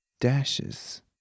dashes